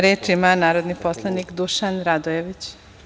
Reč ima narodni poslanik, Dušan Radojević.